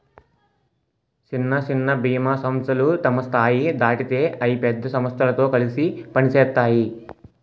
సిన్న సిన్న బీమా సంస్థలు తమ స్థాయి దాటితే అయి పెద్ద సమస్థలతో కలిసి పనిసేత్తాయి